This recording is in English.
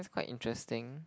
that's quite interesting